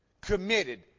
committed